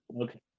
Okay